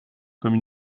comme